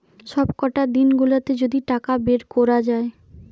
সবকটা দিন গুলাতে যদি টাকা বের কোরা যায়